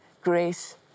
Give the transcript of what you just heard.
grace